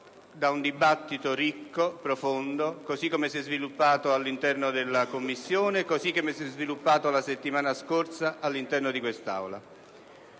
da un dibattito ricco e profondo, così come si è sviluppato all'interno della Commissione e come si è sviluppato la settimana scorsa all'interno di quest'Aula.